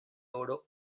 oro